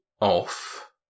off